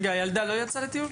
רגע, הילדה לא יצאה לטיול?